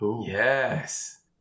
Yes